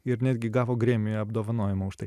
ir netgi gavo grammy apdovanojimą už tai